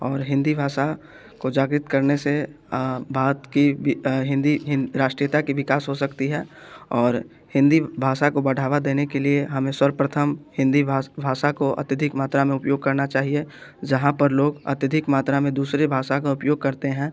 और हिंदी भाषा को जागृत करने से बात की हिंदी राष्ट्रीयता की विकास हो सकती है और हिंदी भाषा को बढ़ावा देने के लिए हमें सर्वप्रथम हिंदी भाषा को अत्यधिक मात्रा में उपयोग करना चाहिए जहाँ पर लोग अत्यधिक मात्रा में दूसरे भाषा का उपयोग करते हैं